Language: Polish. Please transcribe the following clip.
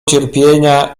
cierpienia